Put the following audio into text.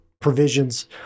provisions